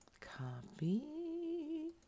copy